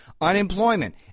unemployment